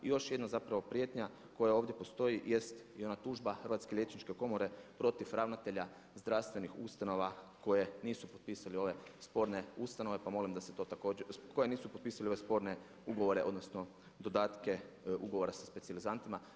I još jedna zapravo prijetnja koja ovdje postoji jeste i ona tužba Hrvatske liječničke komore protiv ravnatelja zdravstvenih ustanova koje nisu potpisale ove sporne ustanove pa molim da se to također, koje nisu potpisale ove sporne ugovore odnosno dodatke ugovora sa specijalizantima.